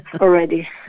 already